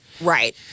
Right